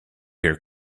here